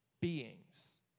beings